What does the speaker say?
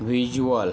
visual